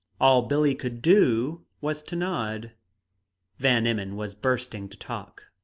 all billie could do was to nod van emmon was bursting to talk.